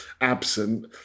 absent